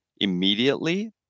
immediately